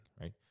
right